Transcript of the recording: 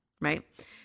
right